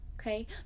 okay